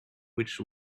which